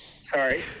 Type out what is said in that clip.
Sorry